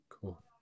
cool